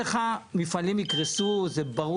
זה מחייב את בעלי המפעלים שלא יהיה להם